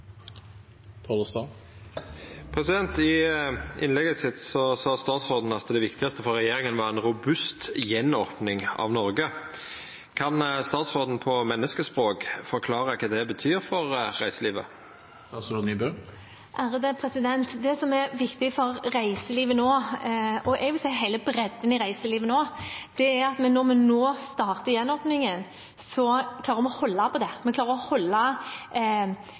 I innlegget sitt sa statsråden at det viktigaste for regjeringa var ei robust gjenopning av Noreg. Kan statsråden på menneskespråk forklara kva det betyr for reiselivet? Det som er viktig for reiselivet nå – og jeg vil si hele bredden i reiselivet nå – er at vi når vi nå starter gjenåpningen, klarer å holde kontroll på smittesituasjonen. Det kommer til å